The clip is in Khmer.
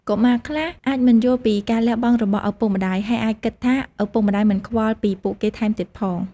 កុមារខ្លះអាចមិនយល់ពីការលះបង់របស់ឪពុកម្ដាយ ហើយអាចគិតថាឪពុកម្ដាយមិនខ្វល់ពីពួកគេថែមទៀតផង។